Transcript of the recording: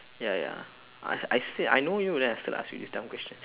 ya ya I said I know you then I still ask you this dumb question